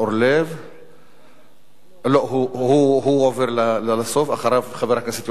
הראשון ביניהם הוא חבר הכנסת איתן